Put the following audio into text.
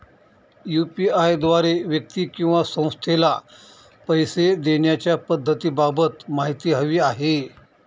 UPI द्वारे व्यक्ती किंवा संस्थेला पैसे देण्याच्या पद्धतींबाबत माहिती हवी आहे